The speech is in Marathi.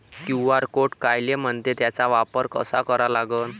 क्यू.आर कोड कायले म्हनते, त्याचा वापर कसा करा लागन?